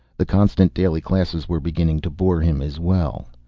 the constant, daily classes were beginning to bore him as well.